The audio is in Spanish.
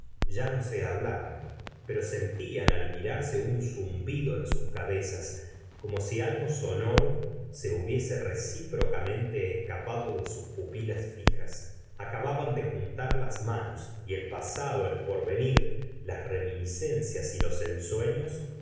ya no se hablaban pero sentían al mirarse un zumbido en sus cabezas como si algo sonoro se hubiese recíprocamente escapado de sus pupilas fijas acababan de juntar las manos y el pasado el porvenir las reminiscencias y los ensueños